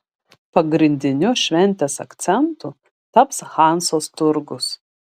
pagrindiniu šventės akcentu taps hanzos turgus